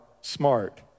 smart